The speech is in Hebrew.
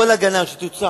כל הגנה, שתוצע